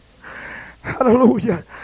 Hallelujah